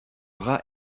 rat